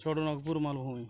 ছোটনাগপুর মালভূমি